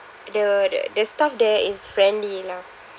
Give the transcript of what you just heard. the the staff there is friendly lah